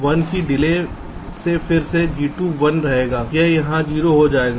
तो 1 की डिले से फिर से G2 1 रहेगा यह यहाँ 0 हो जाएगा